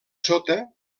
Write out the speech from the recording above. sota